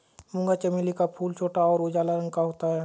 मूंगा चमेली का फूल छोटा और उजला रंग का होता है